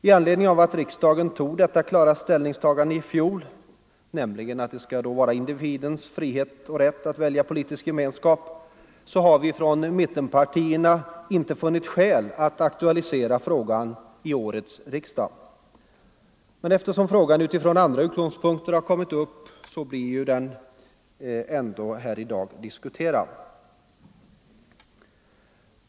I anledning av att riksdagen gjorde detta klara ställningstagande i fjol — nämligen att individen skall ha frihet och rätt att välja politisk gemenskap — har vi från mittenpartierna inte funnit skäl att aktualisera frågan vid årets riksdag. Men eftersom frågan från andra utgångspunkter har kommit upp så blir den ändå diskuterad här i dag.